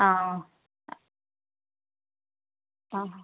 ആ ആഹാ